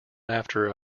after